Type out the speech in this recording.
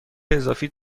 اضافی